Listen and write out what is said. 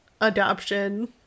adoption